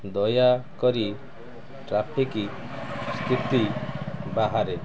ଦୟାକରି ଟ୍ରାଫିକ୍ ସ୍ଥିତି ବାହାରେ